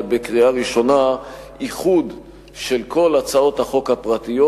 לקריאה ראשונה איחוד של כל הצעות החוק הפרטיות